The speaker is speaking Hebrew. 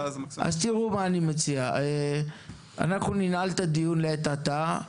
תראו מה אני מציע, אנחנו ננעל את הדיון לעת עתה.